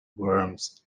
worms